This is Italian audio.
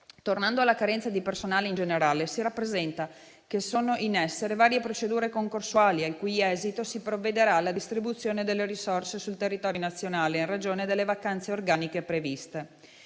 Tornando alla carenza di personale in generale, si rappresenta che sono in essere varie procedure concorsuali, al cui esito si provvederà alla distribuzione delle risorse sul territorio nazionale, in ragione delle vacanze organiche previste.